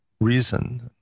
reason